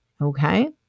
Okay